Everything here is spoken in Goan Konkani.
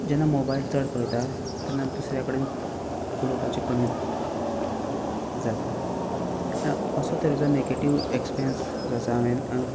जेन्ना मोबायल चड पळयता तेन्ना दुसऱ्या कडेन उलोपाचें कमी जाता आनी अशे तरेचो नेगेटीव एक्सपिरीयंस जो आसा हांवें